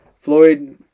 Floyd